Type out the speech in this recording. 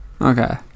Okay